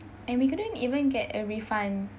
and we couldn't even get a refund